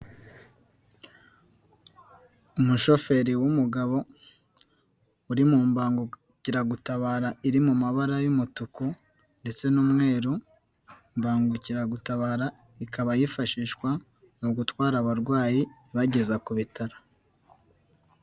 Umushoferi w'umugabo uri mu mbangukiragutabara, iri mu mabara y'umutuku ndetse n'umweru, imbangukiragutabara ikaba yifashishwa mu gutwara abarwayi ibageza ku bitaro.